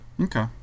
Okay